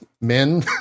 men